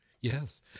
Yes